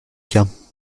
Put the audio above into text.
cas